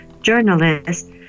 journalist